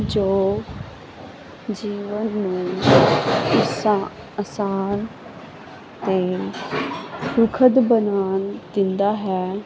ਜੋ ਜੀਵਨ ਮੇ ਆਸਾਨ ਤੇ ਸੁਖਦ ਬਣਾਉਣ ਦਿੰਦਾ ਹੈ